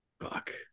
Fuck